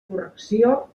correcció